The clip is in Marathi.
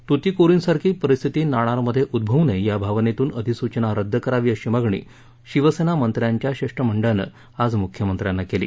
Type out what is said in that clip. तुतीकोरिनसारखी परिस्थिती नाणारमध्ये उद्ववू नये या भावनेतून अधिसूचना रद्द करावी अशी मागणी शिवसेना मंत्र्यांच्या शिष्टमंडळानं आज मुख्यमंत्र्यांना केली